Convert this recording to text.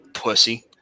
pussy